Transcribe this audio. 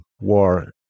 war